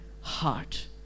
heart